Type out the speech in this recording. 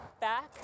back